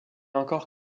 encore